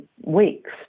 weeks